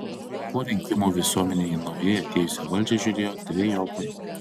po rinkimų visuomenė į naujai atėjusią valdžią žiūrėjo trejopai